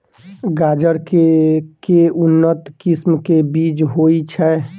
गाजर केँ के उन्नत किसिम केँ बीज होइ छैय?